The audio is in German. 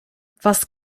was